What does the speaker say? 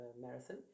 Marathon